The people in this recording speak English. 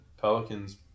Pelicans